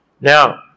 Now